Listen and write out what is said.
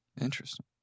Interesting